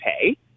pay